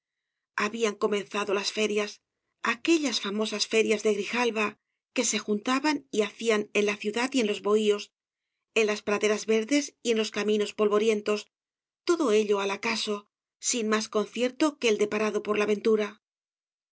habían comenzado las ferias aquellas famosas ferias de grijalba que se juntaban y hacían en la ciudad y en los bohíos en las praderas verdes y en los caminos polvorientos todo ello al acaso sin más concierto que el deparado por la ventura